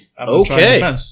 Okay